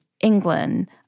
England